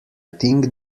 think